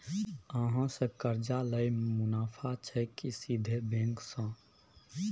अहाँ से कर्जा लय में मुनाफा छै की सीधे बैंक से?